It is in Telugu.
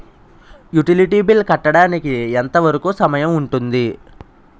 యుటిలిటీ బిల్లు కట్టడానికి ఎంత వరుకు సమయం ఉంటుంది?